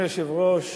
אדוני היושב-ראש,